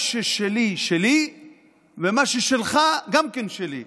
מה ששלי שלי ומה ששלך גם כן שלי.